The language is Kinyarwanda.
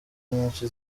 nyinshi